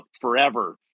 forever